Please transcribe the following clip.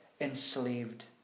enslaved